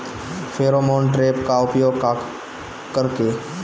Pheromone trap का उपयोग कर के?